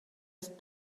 ist